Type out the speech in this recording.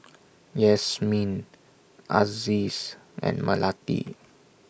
Yasmin Aziz and Melati